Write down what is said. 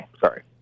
sorry